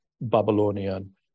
Babylonian